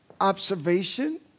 observation